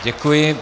Děkuji.